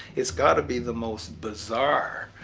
it's got to be the most bizarre.